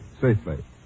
safely